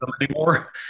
anymore